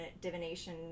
divination